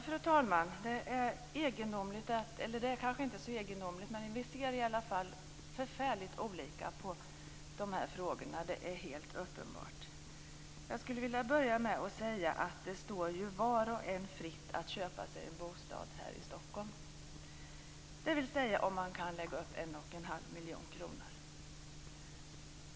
Fru talman! Det är uppenbart att vi ser förfärligt olika på dessa frågor. Jag skulle vilja börja med att säga att det står var och en fritt att köpa sig en bostad här i Stockholm, dvs. om man kan lägga upp 1,5 miljon kronor.